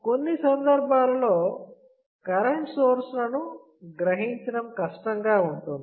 కొన్ని సందర్భాలలో current source లను గ్రహించడం కష్టంగా ఉంటుంది